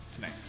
Nice